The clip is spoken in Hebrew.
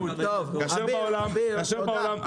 אביר, תודה.